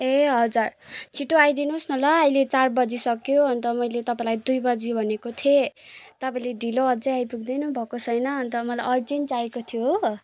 ए हजुर छिटो आइदिनुहोस् न ल अहिले चार बजिसक्यो अन्त मैले तपाईँलाई दुई बजी भनेको थिएँ तपाईँले ढिलो अझै आइपुग्दैन भएको छैन अन्त मलाई अर्जेन्ट चाहिएको थियो हो